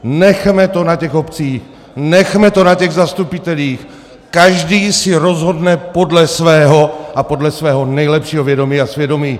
Nechme to na těch obcích, nechme to na těch zastupitelích, každý si rozhodne podle svého a podle svého nejlepšího vědomí a svědomí.